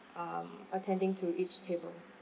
um attending to each table